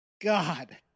God